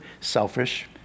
selfish